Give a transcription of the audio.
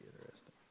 interesting